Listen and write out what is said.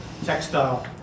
Textile